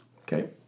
Okay